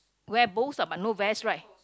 where both are but no vests right